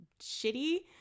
shitty